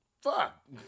Fuck